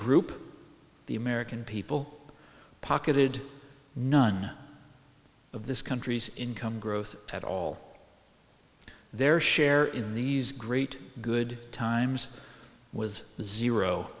group the american people pocketed none of this country's income growth at all their share in these great good times was zero